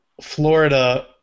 Florida